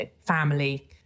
family